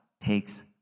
takes